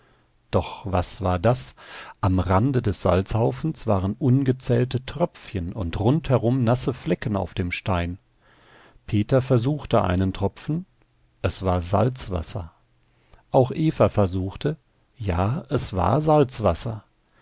doch was war das am rande des salzhaufens waren ungezählte tröpfchen und rund herum nasse flecken auf dem stein peter versuchte einen tropfen es war salzwasser auch eva versuchte ja es war salzwasser